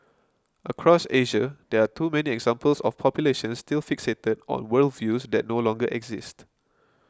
across Asia there are too many examples of populations still fixated on worldviews that no longer exist